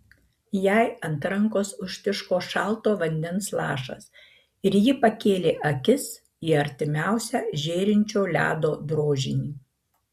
jai ant rankos užtiško šalto vandens lašas ir ji pakėlė akis į artimiausią žėrinčio ledo drožinį